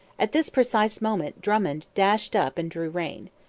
at this precise moment drummond dashed up and drew rein.